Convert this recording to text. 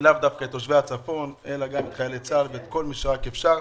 לאו דווקא את תושבי הצפון אלא גם את חיילי צה"ל וכל מי שרק אפשר.